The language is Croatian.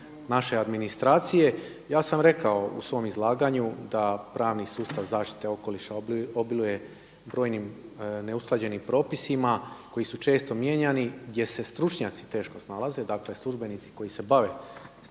naše administracije. Ja sam rekao u svom izlaganju da pravni sustav zaštite okoliša obiluje brojnim neusklađenim propisima koji su često mijenjani gdje se stručnjaci teško snalaze dakle službenici koji se bave s tim